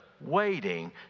waiting